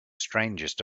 strangest